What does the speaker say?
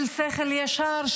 של שכל ישר,